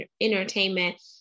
entertainment